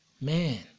Man